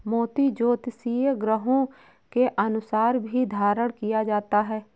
मोती ज्योतिषीय ग्रहों के अनुसार भी धारण किया जाता है